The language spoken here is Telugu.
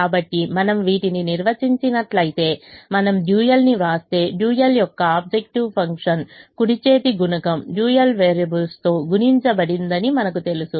కాబట్టి మనం వీటిని నిర్వచించినట్లయితే మనం డ్యూయల్ను వ్రాస్తే డ్యూయల్ యొక్క ఆబ్జెక్టివ్ ఫంక్షన్ కుడి చేతి గుణకం డ్యూయల్ వేరియబుల్స్తో గుణించబడిందని మనకు తెలుసు